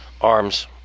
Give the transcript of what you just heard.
Arms